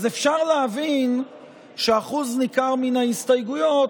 אז אפשר להבין שאחוז ניכר מן ההסתייגויות